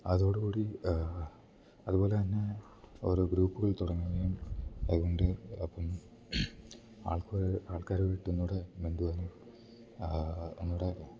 അതോടു കൂടി അതുപോലെ തന്നെ ഓരോ ഗ്രൂപ്പുകൾ തുടങ്ങുകയും അതുകൊണ്ട് അപ്പം ആൾക്ക് ആൾക്കാർ വീട്ടിൽ ഒന്നൂടെ മിണ്ടുവാനും ഒന്നൂടെ